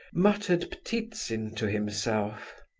muttered ptitsin to himself.